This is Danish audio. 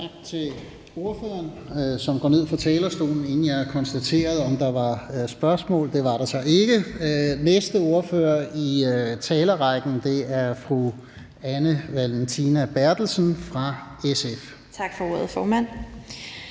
Tak til ordføreren, som gik ned fra talerstolen, inden jeg konstaterede, om der var spørgsmål. Det var der så ikke. Næste ordfører i talerrækken er fru Anne Valentina Berthelsen fra SF. Kl. 10:28 (Ordfører)